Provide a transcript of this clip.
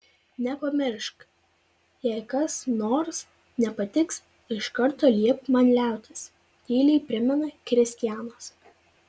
nepamiršk jei kas nors nepatiks iš karto liepk man liautis tyliai primena kristianas